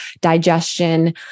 digestion